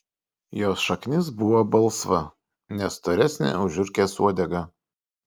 jos šaknis buvo balsva ne storesnė už žiurkės uodegą